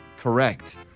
Correct